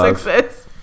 Success